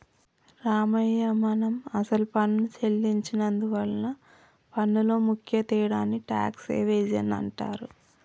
రామయ్య మనం అసలు పన్ను సెల్లించి నందువలన పన్నులో ముఖ్య తేడాని టాక్స్ ఎవేజన్ అంటారు